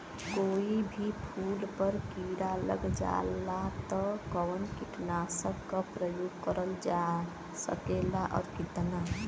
कोई भी फूल पर कीड़ा लग जाला त कवन कीटनाशक क प्रयोग करल जा सकेला और कितना?